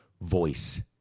voice